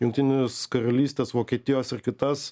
jungtinės karalystės vokietijos ar kitas